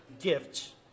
gifts